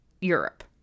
Europe